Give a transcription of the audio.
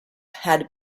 had